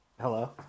hello